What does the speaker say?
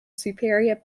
superior